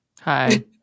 Hi